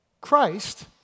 Christ